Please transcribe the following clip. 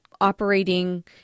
operating